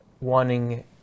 wanting